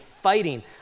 fighting